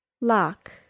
Lock